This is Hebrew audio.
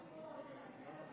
להצביע.